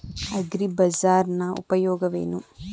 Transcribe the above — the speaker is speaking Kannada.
ಅಗ್ರಿಬಜಾರ್ ನ ಉಪಯೋಗವೇನು?